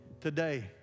today